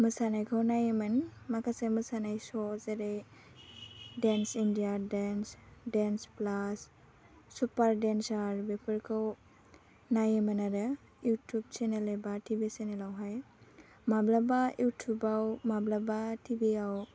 मोसानायखौ नायोमोन माखासे मोसानाय स' जेरै dance India dance dance plus super dancer बेफोरखौ नायोमोन आरो इउटुब सेनेल एबा टिभि सेनेलावहाय माब्लाबा इउटुबाव माब्लाबा टिभिआव